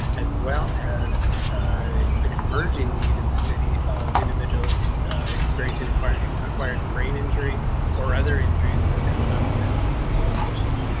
as well as an emerging need in the city of individuals experiencing inquiring acquired brain injury or other injuries that have left them with mobility issues,